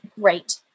great